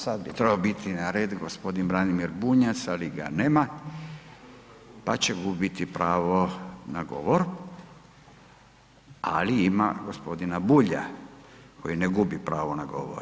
Sad bi trebao biti na redu gospodin Branimir Bunjac, ali ga nema, pa će gubiti pravo na govor, ali ima gospodina Bulja koji ne gubi pravo na govor.